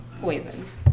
poisoned